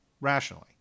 rationally